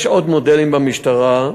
יש עוד מודלים במשטרה.